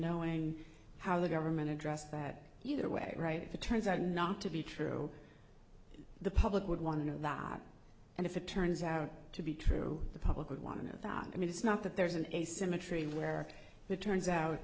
knowing how the government addressed that either way right if it turns out not to be true the public would want to know that and if it turns out to be true the public would want to know that i mean it's not that there's an asymmetry where it turns out